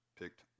picked